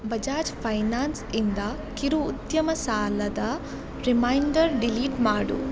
ಬಜಾಜ್ ಫೈನಾನ್ಸಿಂದ ಕಿರು ಉದ್ಯಮ ಸಾಲದ ರಿಮೈಂಡರ್ ಡಿಲೀಟ್ ಮಾಡು